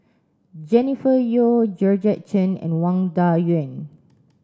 Jennifer Yeo Georgette Chen and Wang Dayuan